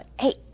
Hey